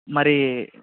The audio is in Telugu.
మరి